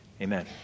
amen